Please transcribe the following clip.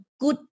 good